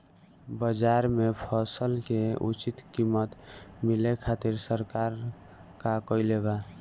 बाजार में फसल के उचित कीमत मिले खातिर सरकार का कईले बाऽ?